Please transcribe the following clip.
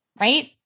right